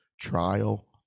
trial